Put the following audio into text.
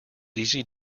easy